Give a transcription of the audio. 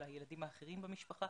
על הילדים האחרים במשפחה